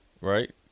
right